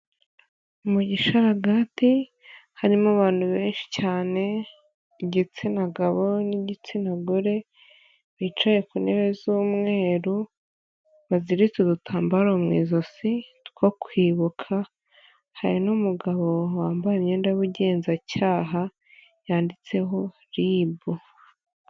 Mu gisharagati harimo abantu benshi cyane, igitsina gabo n'igitsina gore, bicaye ku ntebe z'umweru, baziritse udutambaro mu ijosi two kwibuka, hari n'umugabo wambaye imyenda y'ubugenzacyaha, yanditseho RIB.